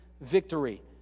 victory